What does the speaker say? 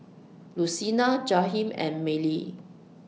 Lucina Jaheem and Mylie